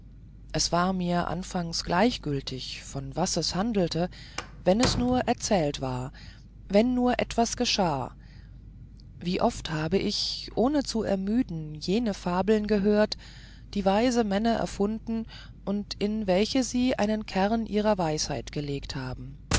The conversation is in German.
es war mir anfangs gleichgültig von was es handelte wenn es nur erzählt war wenn nur etwas geschah wie oft habe ich ohne zu ermüden jene fabeln angehört die weise männer erfunden und in welche sie einen kern ihrer weisheit gelegt haben